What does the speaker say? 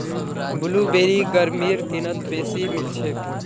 blueberry गर्मीर दिनत बेसी मिलछेक